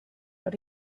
but